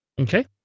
okay